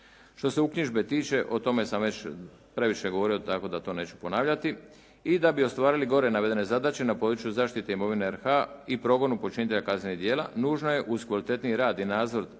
Što se uknjižbe tiče o tome sam već previše govorio tako da to neću ponavljati. I da bi ostvarili gore navedene zadaće na području zaštite imovine RH i progonu počinitelja kaznenih djela nužno je uz kvalitetni rad i nadzor